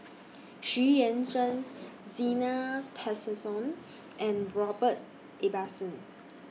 Xu Yuan Zhen Zena Tessensohn and Robert Ibbetson